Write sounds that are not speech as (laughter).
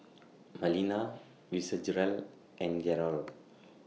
(noise) Marlena Fitzgerald and Garold